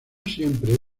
siempre